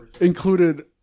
included